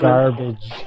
Garbage